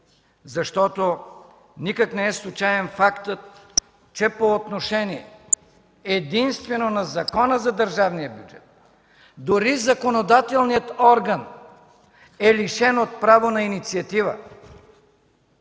защото никак не е случаен фактът, че по отношение единствено на Закона за държавния бюджет дори законодателният орган е лишен от право на инициатива.